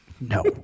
No